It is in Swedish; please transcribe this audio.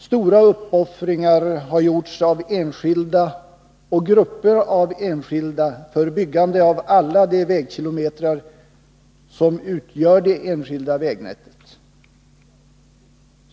Stora uppoffringar har gjorts av enskilda och grupper av enskilda vid byggande av alla de vägkilometrar som utgör det enskilda vägnätet.